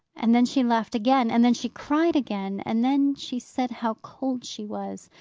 and then, she laughed again, and then she cried again, and then she said how cold she was,